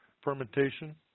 fermentation